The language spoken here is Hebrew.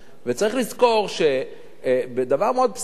צריך לזכור דבר מאוד בסיסי,